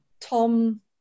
Tom